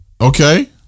okay